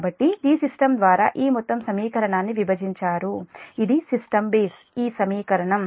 కాబట్టి Gsystem ద్వారా ఈ మొత్తం సమీకరణాన్ని విభజించారు ఇది సిస్టం బేస్ ఈ సమీకరణం